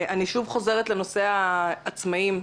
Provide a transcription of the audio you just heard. חוזרת לנושא העצמאים.